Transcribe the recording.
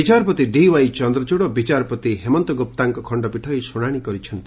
ବିଚାରପତି ଡିଓ୍ୱାଇ ଚନ୍ଦଚୂଡ଼ ଓ ବିଚାରପତି ହେମନ୍ତ ଗୁପ୍ତାଙ୍କ ଖଣ୍ତପୀଠ ଏହି ଶ୍ରୁଶାଣି କରିଛନ୍ତି